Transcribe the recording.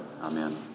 Amen